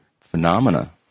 phenomena